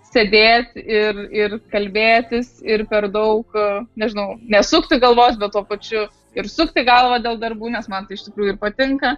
sėdėti ir ir kalbėtis ir per daug nežinau nesukti galvos bet tuo pačiu ir sukti galvą dėl darbų nes man tai iš tikrųjų ir patinka